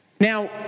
Now